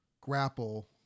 grapple